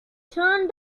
turned